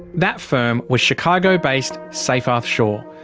that firm was chicago-based seyfarth shaw.